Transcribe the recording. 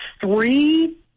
three